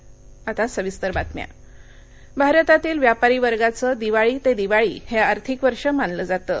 निर्यातवाढ भारतातील व्यापारी वर्गाचं दिवाळी ते दिवाळी हे आर्थिक वर्ष मानलं जातं